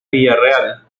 villarreal